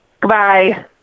Goodbye